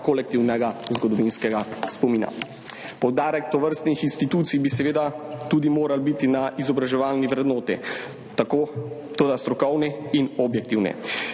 kolektivnega zgodovinskega spomina. Poudarek tovrstnih institucij bi seveda moral biti tudi na izobraževalni vrednoti, toda strokovni in objektivni.